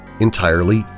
entirely